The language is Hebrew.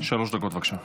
שלוש דקות, בבקשה.